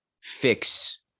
fix